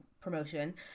promotion